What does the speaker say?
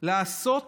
לעשות